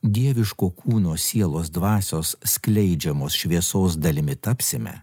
dieviško kūno sielos dvasios skleidžiamos šviesos dalimi tapsime